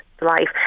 life